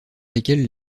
lesquelles